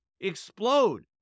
explode